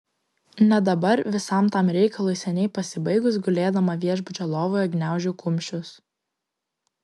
net dabar visam tam reikalui seniai pasibaigus gulėdama viešbučio lovoje gniaužau kumščius